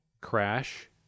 crash